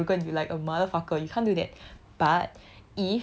because they'll think you damn arrogant you like a mother fucker you can't do that